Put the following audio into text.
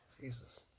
Jesus